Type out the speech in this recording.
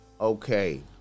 Okay